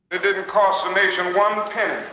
it didn't cost the nation one penny